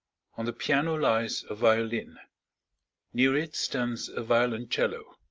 on the piano lies a violin near it stands a violoncello.